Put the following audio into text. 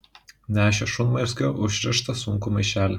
nešė šunmazgiu užrištą sunkų maišelį